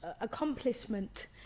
accomplishment